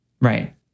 Right